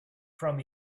from